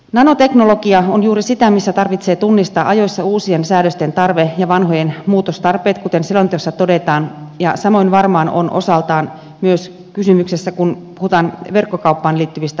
nanoteknologia on juuri sitä missä tarvitsee tunnistaa ajoissa uusien säädösten tarve ja vanhojen muutostarpeet kuten selonteossa todetaan ja samasta varmaan on osaltaan myös kysymys kun puhutaan verkkokauppaan liittyvistä haasteista elintarvikekaupassa